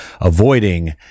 avoiding